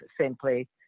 simply